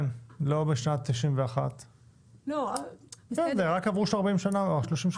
כן, לא משנת 91'. עברו רק שלושים-ארבעים שנה מאז.